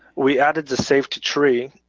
we added the save to tree